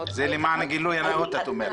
זה למען הגילוי הנאות את אומרת.